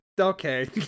Okay